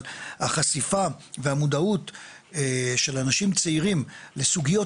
אבל החשיפה והמודעות של אנשים צעירים לסוגיות